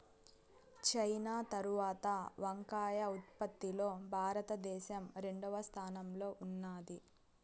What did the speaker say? China తరవాత వంకాయ ఉత్పత్తి లో భారత దేశం రెండవ స్థానం లో ఉన్నాది